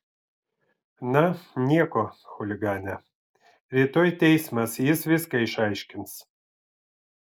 na nieko chuligane rytoj teismas jis viską išaiškins